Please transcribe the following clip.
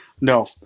No